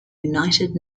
united